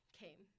came